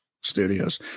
Studios